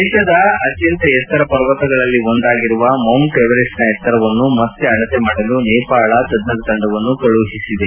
ವಿಶ್ವದ ಅತ್ಯಂತ ಎತ್ತರ ಪರ್ವತಗಳಲ್ಲಿ ಒಂದಾಗಿರುವ ಮೌಂಟ್ ಎವರೆಸ್ಟನ ಎತ್ತರವನ್ನು ಮತ್ತೆ ಅಳತೆ ಮಾಡಲು ನೇಪಾಳ ತಜ್ಞರ ತಂಡವನ್ನು ಕಳುಹಿಸಿದೆ